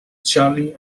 charlie